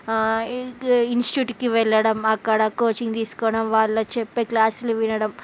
ఇడి ఇన్స్ట్యూట్కి వెళ్ళడం అక్కడ కోచింగ్ తీసుకోవడం వాళ్ళు చెప్పే క్లాసులు వినడం